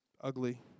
ugly